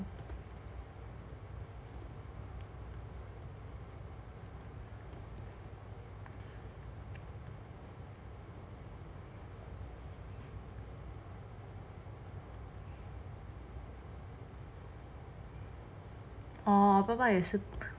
orh 我爸爸也是